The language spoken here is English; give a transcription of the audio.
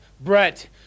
Brett